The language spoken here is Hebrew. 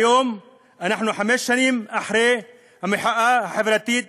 היום אנחנו חמש שנים אחרי המחאה החברתית,